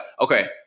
Okay